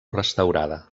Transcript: restaurada